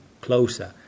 closer